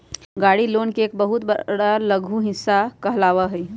गाड़ी लोन के एक बहुत लघु हिस्सा कहलावा हई